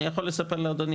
אני יכול לספר לאדוני,